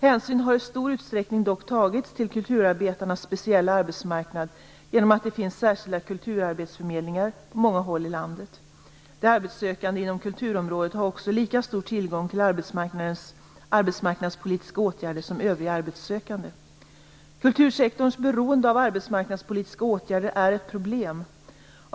Hänsyn har i stor utsträckning dock tagits till kulturarbetarnas speciella arbetsmarknad genom att det finns särskilda kulturarbetsförmedlingar på många håll i landet. De arbetssökande inom kulturområdet har också lika stor tillgång till arbetsmarknadspolitiska åtgärder som övriga arbetssökande. Kultursektorns beroende av arbetsmarknadspolitiska åtgärder är ett problem.